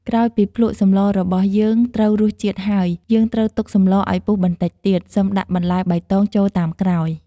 ក្រោយពីភ្លក្សសម្លរបស់យើងត្រូវរសជាតិហើយ យើងត្រូវទុកសម្លឱ្យពុះបន្តិចទៀត សិមដាក់បន្លែបៃតងចូលតាមក្រោយ។